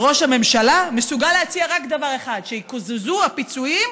אבל ראש הממשלה מסוגל להציע רק דבר אחד: שיקוזזו הפיצויים